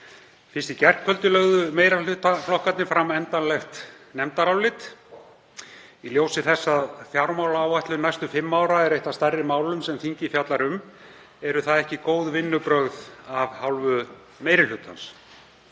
Fyrst í gærkvöldi lögðu meirihlutaflokkarnir fram endanlegt nefndarálit. Í ljósi þess að fjármálaáætlun næstu fimm ára er eitt af stærri málum sem þingið fjallar um eru það ekki góð vinnubrögð af hálfu meiri hlutans.